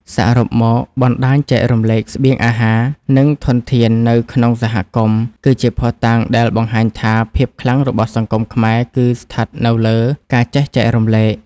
សរុបមក បណ្ដាញចែករំលែកស្បៀងអាហារ និងធនធាននៅក្នុងសហគមន៍ គឺជាភស្តុតាងដែលបង្ហាញថា ភាពខ្លាំងរបស់សង្គមខ្មែរគឺស្ថិតនៅលើ ការចេះចែករំលែក ។